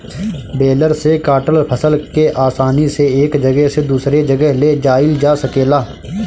baler से काटल फसल के आसानी से एक जगह से दूसरे जगह ले जाइल जा सकेला